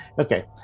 Okay